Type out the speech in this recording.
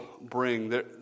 bring